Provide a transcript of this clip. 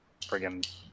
friggin